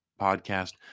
podcast